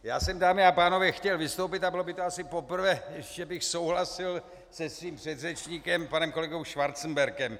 Já jsem, dámy a pánové, chtěl vystoupit, a bylo by to asi poprvé, že bych souhlasil se svým předřečníkem panem kolegou Schwarzenbergem.